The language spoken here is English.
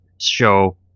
show